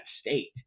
state